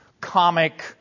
comic